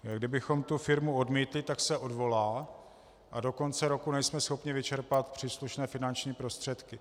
Kdybychom tu firmu odmítli, tak se odvolá a do konce roku nejsme schopni vyčerpat příslušné finanční prostředky.